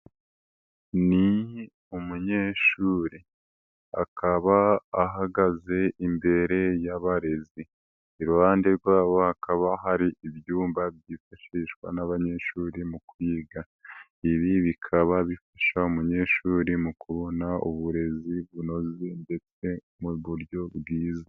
Ni umunyeshuri akaba ahagaze imbere y'abarezi, iruhande rwabo hakaba hari ibyumba byifashishwa n'abanyeshuri mu kwiga, ibi bikaba bifasha umunyeshuri mu kubona uburezi bunoze ndetse mu buryo bwiza.